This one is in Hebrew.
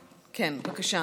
בבקשה,